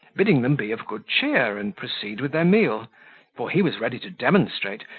bidding them be of good cheer, and proceed with their meal for he was ready to demonstrate,